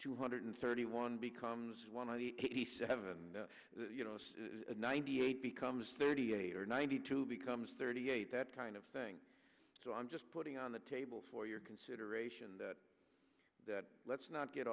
two hundred thirty one becomes one of the eighty seven and ninety eight becomes thirty eight or ninety two becomes thirty eight that kind of thing so i'm just putting on the table for your consideration that that let's not get